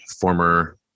former